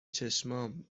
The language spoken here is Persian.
چشمام